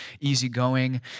easygoing